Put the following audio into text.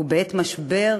ובעת משבר